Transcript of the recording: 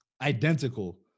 identical